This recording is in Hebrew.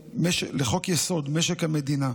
לחוק-יסוד: משק המדינה,